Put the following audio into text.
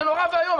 זה נורא ואיום,